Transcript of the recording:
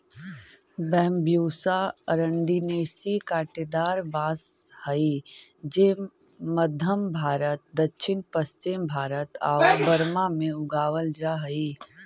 Bambusa arundinacea काँटेदार बाँस हइ जे मध्म भारत, दक्षिण पश्चिम भारत आउ बर्मा में उगावल जा हइ